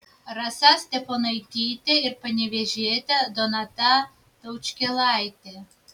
rasa steponaitytė ir panevėžietė donata taučkėlaitė